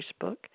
Facebook